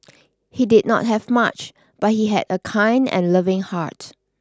he did not have much but he had a kind and loving heart